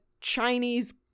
chinese